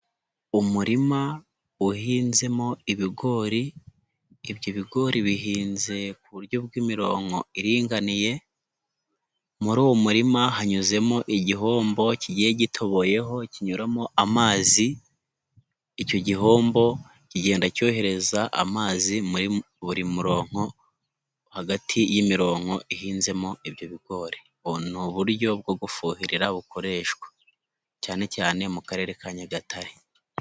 Umurima uhinzemo ibigori, ibyo bigori bihinze ku buryo bw'imironko iringaniye, muri uwo murima hanyuzemo igihombo kigiye gitoboyeho kinyuramo amazi, icyo gihombo kigenda cyohereza amazi muri buri muronko hagati y'imironko ihinzemo ibyo bigori. Ubu ni uburyo bwo gufuhira bukoreshwa cyane cyane mu Karere ka Nyagatare.